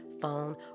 phone